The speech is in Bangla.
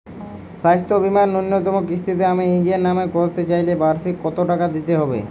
স্বাস্থ্য বীমার ন্যুনতম কিস্তিতে আমি নিজের নামে করতে চাইলে বার্ষিক কত টাকা দিতে হবে?